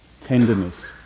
tenderness